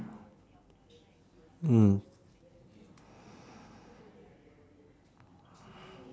mm